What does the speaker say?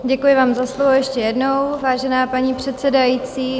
Děkuji vám za slovo ještě jednou, vážená paní předsedající.